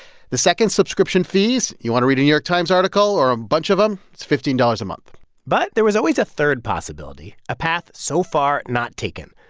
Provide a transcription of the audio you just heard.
the second, subscription fees you want to read a new york times article or a bunch of them? it's fifteen dollars a month but there was always a third possibility, a path so far not taken,